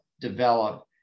develop